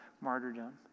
martyrdom